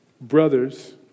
Brothers